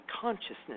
Consciousness